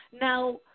Now